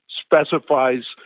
specifies